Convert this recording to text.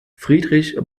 friedrich